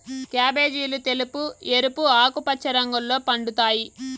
క్యాబేజీలు తెలుపు, ఎరుపు, ఆకుపచ్చ రంగుల్లో పండుతాయి